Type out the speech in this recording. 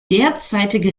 derzeitige